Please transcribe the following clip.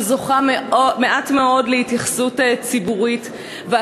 שזוכה להתייחסות ציבורית מעטה מאוד,